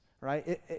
right